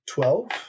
Twelve